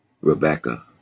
Rebecca